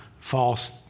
false